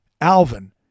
Alvin